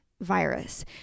virus